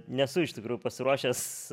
nesu iš tikrųjų pasiruošęs